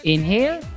Inhale